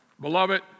Beloved